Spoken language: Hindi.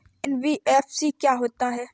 एन.बी.एफ.सी क्या होता है?